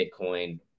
Bitcoin